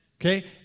Okay